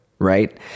Right